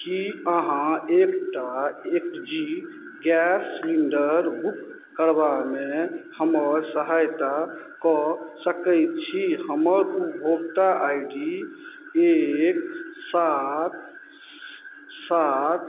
कि अहाँ एकटा एकजी गैस सिलिण्डर बुक करबामे हमर सहायता कऽ सकय छी हमर उपभोक्ता आइ डी एक सात सात